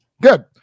Good